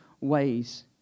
ways